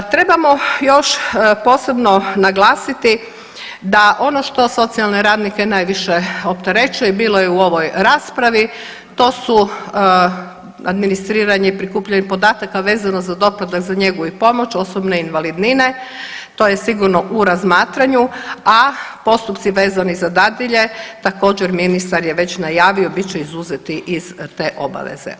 Trebamo još posebno naglasiti da ono što socijalne radnike najviše opterećuje i bilo je u ovoj raspravi to su administriranje i prikupljanje podataka vezano za doplatak, za njegu i pomoć, osobne invalidnine to je sigurno u razmatranju, a postupci vezani za dadilje također ministar je već najavio bit će izuzeti iz te obaveze.